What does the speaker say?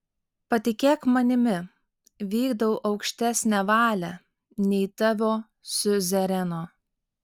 patikėk manimi vykdau aukštesnę valią nei tavo siuzereno